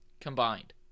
combined